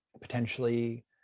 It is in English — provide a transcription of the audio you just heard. potentially